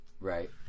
Right